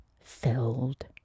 filled